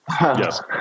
Yes